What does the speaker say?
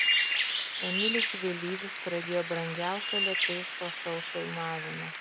emilis vėlyvis pradėjo brangiausio lietuviško šou filmavimą